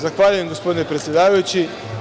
Zahvaljujem gospodine predsedavajući.